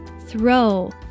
Throw